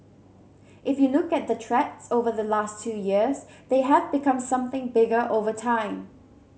if you look at the threats over the last two years they have become something bigger over time